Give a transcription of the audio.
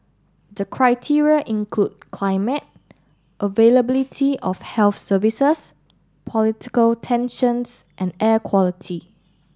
the criteria include climate availability of health services political tensions and air quality